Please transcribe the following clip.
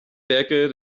werke